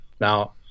now